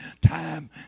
time